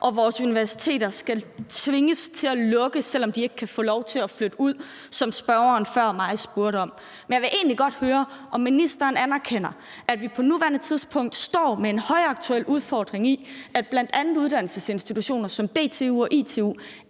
at vores universiteter skal tvinges til at lukke, selv om de ikke kan få lov til at flytte ud, som spørgeren før mig spurgte om. Men jeg vil egentlig godt høre, om ministeren anerkender, at vi står med en højaktuel udfordring med, at bl.a. uddannelsesinstitutioner som DTU og ITU